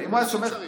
בטח שהוא צריך.